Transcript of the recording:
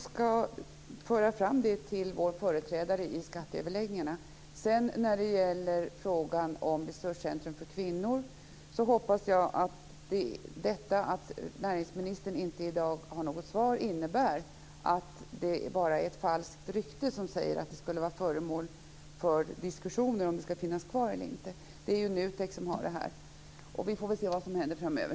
Herr talman! Jag skall framföra det till vår företrädare vid skatteöverläggningarna. Att näringsministern i dag inte har något svar på min fråga om Resurscentrum för kvinnor hoppas jag innebär att det bara är ett falskt rykte som säger att man diskuterar om det skall finnas kvar eller inte. Det är ju NUTEK som har hand om detta, och vi får väl se vad som händer framöver.